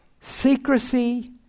Secrecy